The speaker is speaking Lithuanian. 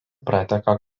prateka